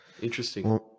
interesting